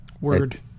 Word